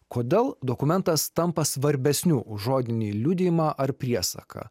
kodėl dokumentas tampa svarbesniu už žodinį liudijimą ar priesaką